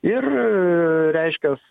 ir reiškias